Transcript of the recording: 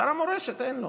שר המורשת, אין לו.